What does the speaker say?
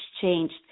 changed